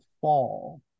fall